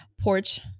porch